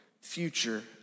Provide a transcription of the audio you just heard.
future